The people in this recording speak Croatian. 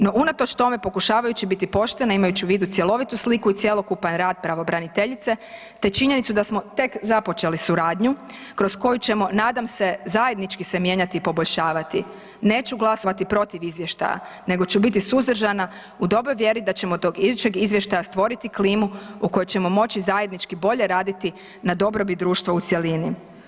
No unatoč tome pokušavajući biti poštena, imajući u vidu cjelovitu sliku i cjelokupan rad pravobraniteljice te činjenicu da smo tek započeli suradnju kroz koju ćemo nadam se zajednički se mijenjati i poboljšavati, neću glasovati protiv izvještaja nego ću biti suzdržana u dobroj vjeri da ćemo do idućeg izvještaja stvoriti klimu u kojoj ćemo moći zajednički bolje raditi na dobrobit društva u cjelini.